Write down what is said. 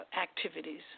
activities